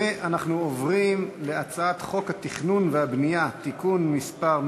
למידה במוסדות על-תיכוניים (תיקון),